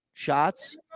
shots